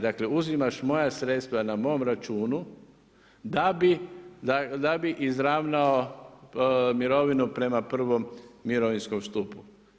Dakle, uzimaš moja sredstva na mom računu, da bi izravnao mirovinu prema prvom mirovinskom stupu.